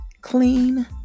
clean